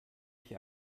ich